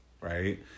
right